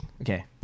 Okay